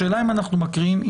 השאלה אם אנחנו מקריאים,